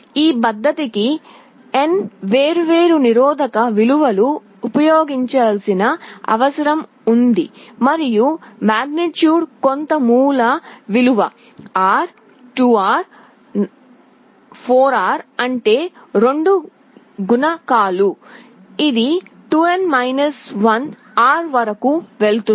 ఈ పద్ధతికి n వేర్వేరు నిరోధక విలువలు ఉపయోగించాల్సిన అవసరం ఉంది మరియు మాగ్నిట్యూడ్స్ కొంత మూల విలువ R 2R 4R అంటే 2 గుణకాలు ఇది 2n 1 R వరకు వెళ్తుంది